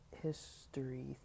history